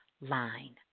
line